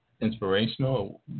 inspirational